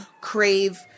crave